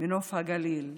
מנוף הגליל,